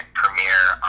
premiere